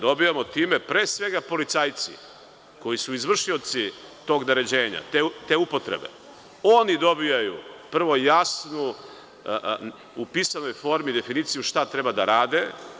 Dobijamo time, pre svega, policajci koji su izvršioci tog naređenja, te upotrebe, oni dobijaju, prvo jasnu, u pisanoj formi, definiciju šta treba da rade.